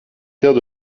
terres